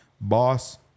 Boss